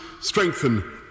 strengthen